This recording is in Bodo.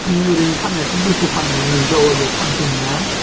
ओरैनो फाननायाथ' दुइस' फानो नै गावालियाव फानफैनाया